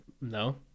no